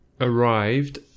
arrived